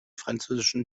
französischen